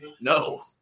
No